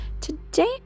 Today